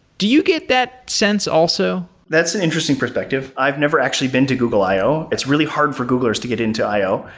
do you get that sense also? that's an interesting perspective. i've never actually been to google i o. it's really hard for googlers to get into i o.